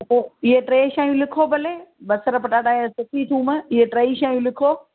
त पोइ इहे टे शयूं लिखो भले बसर पटाटा ऐं सुखी थूम इए टेई शयूं लिखो